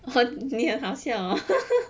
和你很好笑哦